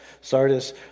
Sardis